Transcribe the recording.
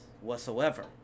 whatsoever